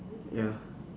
ya